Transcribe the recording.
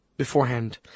beforehand